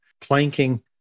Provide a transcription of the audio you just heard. planking